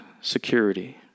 security